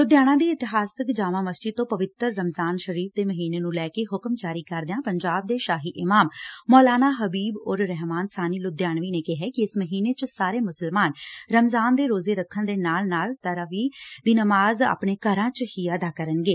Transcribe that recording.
ਲੁਧਿਆਣਾ ਦੀ ਇਤਿਹਾਸਿਕ ਜਾਮਾ ਮਸਜਿਦ ਤੋਂ ਪਵਿੱਤਰ ਰਮਜ਼ਾਨ ਸ਼ਰੀਫ ਦੇ ਮਹੀਨੇ ਨੂੰ ਲੈ ਕੇ ਹੁਕਮ ਜਾਰੀ ਕਰਦਿਆਂ ਪੰਜਾਬ ਦੇ ਸ਼ਾਹੀ ਇਮਾਮ ਮੌਲਾਨਾ ਹਬੀਬ ਉਰ ਰਹਿਮਾਨ ਸਾਨੀ ਲੁਧਿਆਣਵੀਂ ਨੇ ਕਿਹਾ ਕਿ ਇਸ ਮਹੀਨੇ ਵਿੱਚ ਸਾਰੇ ਮੁਸਲਮਾਨ ਰਮਜ਼ਾਨ ਦੇ ਰੋਜ਼ੇ ਰੱਖਣ ਦੇ ਨਾਲ ਨਾਲ ਤਰਾਵੀਹ ਦੀ ਨਮਾਜ਼ ਆਪਣੇ ਘਰਾਂ ਵਿੱਚ ਹੀ ਅਦਾ ਕਰਨਗੇ